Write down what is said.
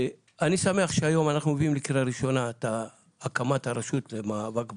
אני שמח שהיום אנחנו מביאים לקריאה ראשונה את הקמת הרשות למאבק בעוני,